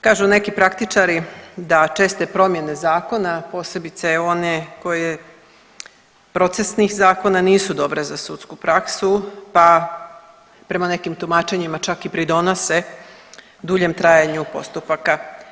Kažu neki praktičari da česte promjene zakona, a posebice one koje, procesnih zakona nisu dobre za sudsku praksu, pa prema nekim tumačenjima čak i pridonose duljem trajanju postupaka.